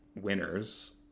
winners